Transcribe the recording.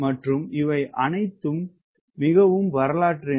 மற்றும் இவை அனைத்து மிகவும் வரலாற்று எண்கள்